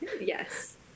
Yes